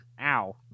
Ow